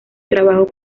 trabajos